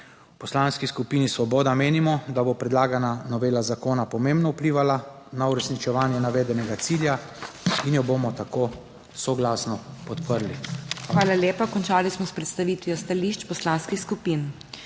Poslanski skupini Svoboda menimo, da bo predlagana novela zakona pomembno vplivala na uresničevanje navedenega cilja in jo bomo tako soglasno podprli. PODPREDSEDNICA MAG. MEIRA HOT: Hvala lepa. Končali smo s predstavitvijo stališč poslanskih skupin.